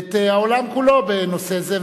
אנחנו באמת מקדימים את העולם כולו בנושא זה.